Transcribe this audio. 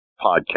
podcast